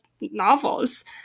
novels